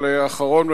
אבל אחרון,